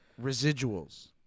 residuals